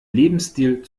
lebensstil